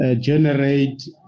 generate